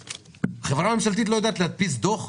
חברה ממשלתית לא יודעת להדפיס דוח?